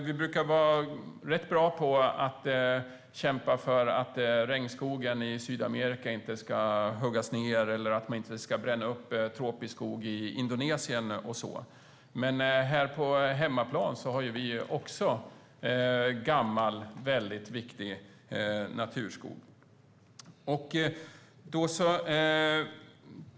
Vi brukar vara rätt bra på att kämpa för att inte regnskogen i Sydamerika ska huggas ned eller för att tropisk skog i Indonesien inte ska brännas upp. Men på hemmaplan finns det också gammal, viktig naturskog.